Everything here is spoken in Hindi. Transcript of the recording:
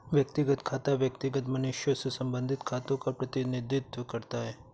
व्यक्तिगत खाता व्यक्तिगत मनुष्यों से संबंधित खातों का प्रतिनिधित्व करता है